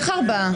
מי נמנע?